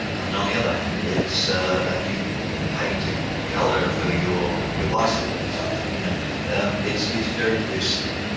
and on the other hand it's a ah new painted colour for your your bicycle or something. you know and it's used very loosely.